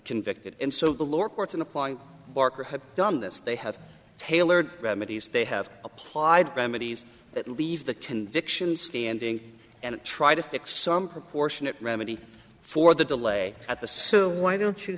convicted and so the lower courts in applying barker have done this they have tailored remedies they have applied remedies that leave the convictions standing and try to fix some proportionate remedy for the delay at the so why don't you